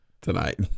tonight